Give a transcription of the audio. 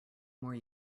more